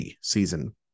season